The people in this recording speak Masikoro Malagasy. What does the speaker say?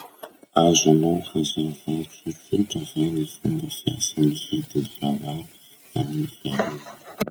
Azonao hazavà tsotsotra va ny fomba fiasan'ny hidim-baravara amy gny fiarova?